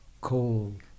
cold